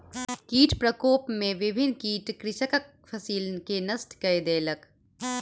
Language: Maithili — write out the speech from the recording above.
कीट प्रकोप में विभिन्न कीट कृषकक फसिल के नष्ट कय देलक